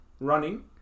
Running